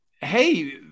hey